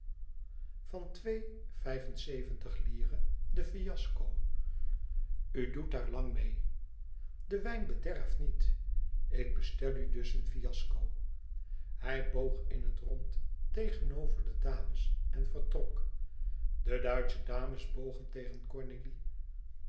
van twee vijf-en-zeventig lire de fiasco u doet daar lang meê de wijn bederft niet ik bestel u dus een fiasco hij boog in het rond tegenover de dames en vertrok de duitsche dames bogen tegen cornélie